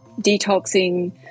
detoxing